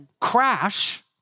crash